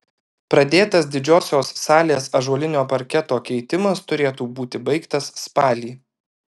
pradėtas didžiosios salė ąžuolinio parketo keitimas turėtų būti baigtas spalį